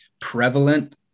prevalent